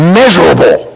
measurable